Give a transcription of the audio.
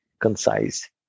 concise